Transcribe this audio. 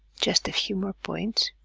just a few more points.